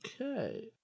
Okay